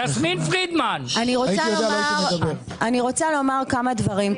אני רוצה לומר כמה דברים,